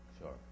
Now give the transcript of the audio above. Sure